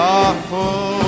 awful